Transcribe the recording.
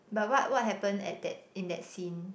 but what what happen at that in that scene